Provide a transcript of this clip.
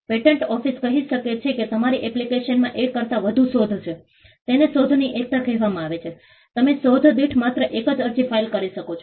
patent office કહી શકે છે કે તમારી એપ્લિકેશનમાં એક કરતાં વધુ શોધ છે તેને શોધની એકતા કહેવામાં આવે છે કે તમે શોધ દીઠ માત્ર એક જ અરજી ફાઇલ કરી શકો છો